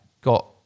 got